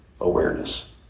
awareness